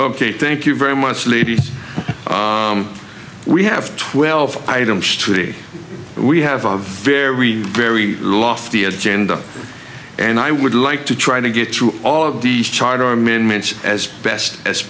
ok thank you very much ladies we have twelve items today we have a very very lofty agenda and i would like to try to get through all of the charter or amendments as best as